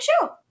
show